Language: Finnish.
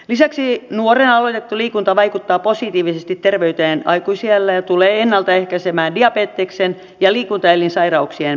lisäksi nuorena aloitettu liikunta vaikuttaa positiivisesti terveyteen aikuisiällä ja tulee ennaltaehkäisemään diabeteksen ja liikuntaelinsairauksien määrää